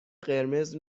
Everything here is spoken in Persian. قرمز